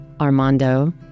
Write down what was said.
Armando